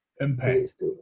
Impact